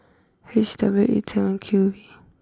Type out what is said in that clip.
H W eight seven Q V